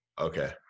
Okay